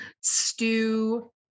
stew